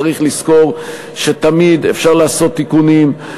צריך לזכור שתמיד אפשר לעשות תיקונים,